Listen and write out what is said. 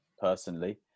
personally